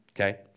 Okay